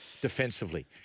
defensively